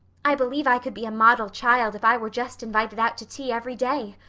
i believe i could be a model child if i were just invited out to tea every day.